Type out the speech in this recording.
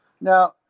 Now